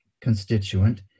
constituent